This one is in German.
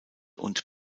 und